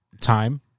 time